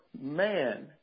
man